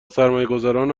سرمایهگذاران